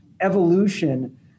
evolution